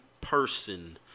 person